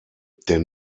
der